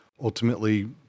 ultimately